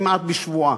כמעט בשבועה,